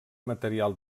material